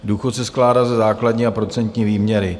Důchod se skládá ze základní a procentní výměry.